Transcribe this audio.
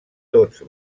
tots